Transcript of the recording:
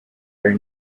are